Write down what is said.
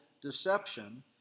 deception